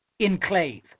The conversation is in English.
enclave